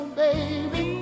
baby